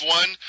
one